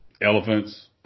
elephants